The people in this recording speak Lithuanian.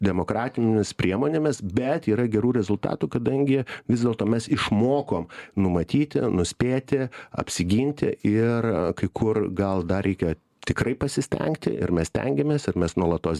demokratinėmis priemonėmis bet yra gerų rezultatų kadangi vis dėlto mes išmokom numatyti nuspėti apsiginti ir kai kur gal dar reikia tikrai pasistengti ir mes stengiamės ir mes nuolatos